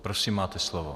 Prosím máte slovo.